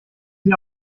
sie